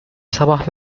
sabah